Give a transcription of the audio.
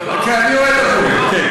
אני אוהד "הפועל", כן.